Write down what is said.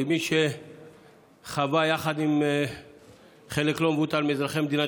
כמי שחווה יחד עם חלק לא מבוטל מאזרחי מדינת